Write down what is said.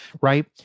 Right